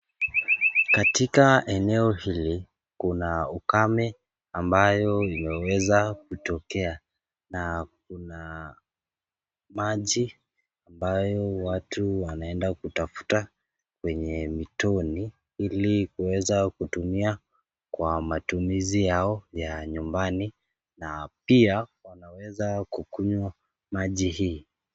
Katika eneo hili, kuna ukame ambao umeweza kutokea na kuna maji ambayo watu wanaenda kutafuta kwenye mitoni, ili kuweza kutumia kwa matumizi yao ya nyumbani, na pia wanaweza kukunywa maji hii.